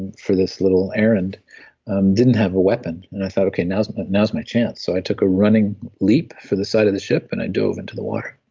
and for this little errand um didn't have a weapon, and i thought okay, now is and now is my chance. so i took a running leap to the side of the ship, and i dove into the water